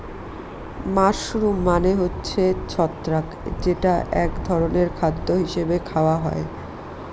mushroom মানে হচ্ছে ছত্রাক যেটা এক ধরনের খাদ্য হিসাবে খাওয়া হয়